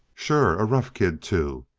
sure. a rough kid, too.